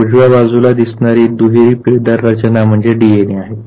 उजव्याबाजूला दिसणारी दुहेरी पिळदार रचना म्हणजे DNA आहेत